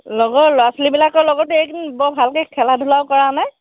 লগৰ ল'ৰা ছোৱালীবিলাকৰ লগতো এইকেইদিন বৰ ভালকৈ খেলা ধূলাও কৰা নাই